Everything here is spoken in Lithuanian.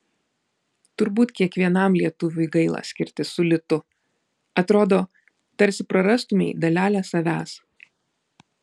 turbūt kiekvienam lietuviui gaila skirtis su litu atrodo tarsi prarastumei dalelę savęs